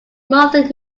monthly